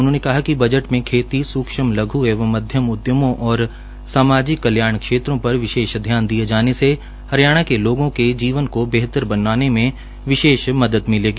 उन्होंने कहा कि बजट में खेती सुक्ष्म लघ् एवं मध्यम उदयमों और सामाजिक कल्याण पर विशेष ध्यान दिये जाने से हरियाणा के लोगों के जीवन को बेहतर बनाने में विशेष मदद मिलेगी